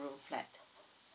room flat